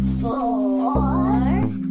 four